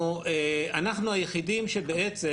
אנחנו היחידים שבעצם